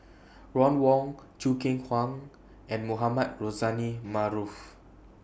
Ron Wong Choo Keng Kwang and Mohamed Rozani Maarof